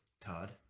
Todd